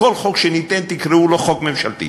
כל חוק שניתן תקראו לו "חוק ממשלתי",